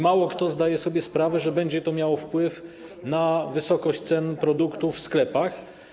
Mało kto zdaje sobie sprawę, że będzie to miało wpływ na wysokość cen produktów w sklepach.